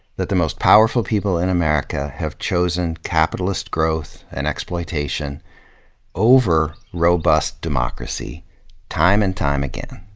that the most powerful people in america have chosen capitalist growth and exploitation over robust democracy time and time again,